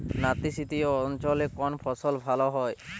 নাতিশীতোষ্ণ অঞ্চলে কোন ফসল ভালো হয়?